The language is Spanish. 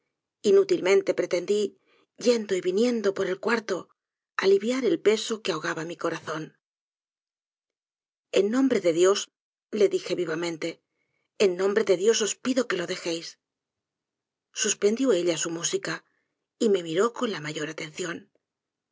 inútilmente pretendí yendo y viniendo por el cuarto aliviar el peso que ahogaba mi corazón en nombre de dios le dije vivamente en nombre de diosos pido que lo dejéis suspendió ella su mú ica y me miró con la mayor atenciop